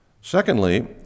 Secondly